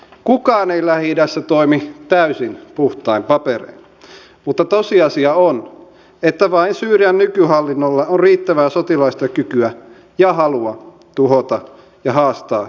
kukaan ei lähi idässä toimi täysin puhtain paperein mutta tosiasia on että vain syyrian nykyhallinnolla on riittävää sotilaallista kykyä ja halua tuhota ja haastaa isis